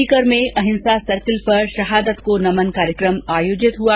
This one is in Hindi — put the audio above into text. सीकर में अहिंसा सर्किल पर शहादत को नमन कार्यक्रम आयोजित हुआ